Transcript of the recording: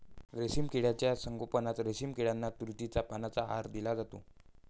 रेशीम किड्यांच्या संगोपनात रेशीम किड्यांना तुतीच्या पानांचा आहार दिला जातो